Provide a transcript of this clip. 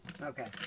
Okay